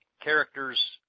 characters